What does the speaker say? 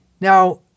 Now